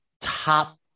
top